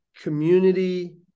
community